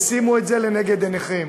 ושימו את זה לנגד עיניכם,